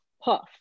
Puff